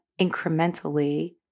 incrementally